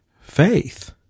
faith